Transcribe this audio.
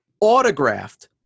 autographed